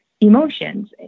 emotions